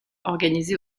organisé